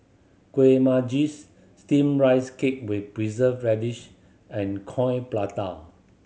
Kuih Manggis Steamed Rice Cake with Preserved Radish and Coin Prata